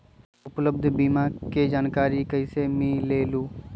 उपलब्ध बीमा के जानकारी कैसे मिलेलु?